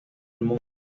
mundo